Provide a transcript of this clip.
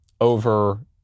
over